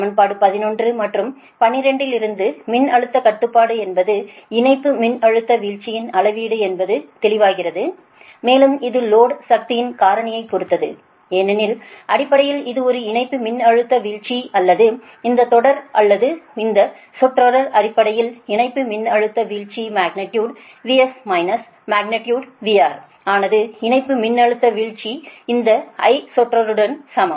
சமன்பாடு 11 மற்றும் 12 இலிருந்து மின்னழுத்த கட்டுப்பாடு என்பது இணைப்பு மின்னழுத்த வீழ்ச்சியின் அளவீடு என்பது தெளிவாகிறது மேலும் இது லோடு சக்தியின் காரணியைப் பொறுத்தது ஏனெனில் அடிப்படையில் இது ஒரு இணைப்பு மின்னழுத்த வீழ்ச்சி அல்லது இந்த சொற்றொடர் அல்லது இந்த சொற்றொடர் அடிப்படையில் இணைப்பு மின்னழுத்த வீழ்ச்சி magnitude VS minus magnitude VR ஆனது இணைப்பு மின்னழுத்த வீழ்ச்சி இந்த I சொற்றொடருக்கு சமம்